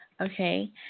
okay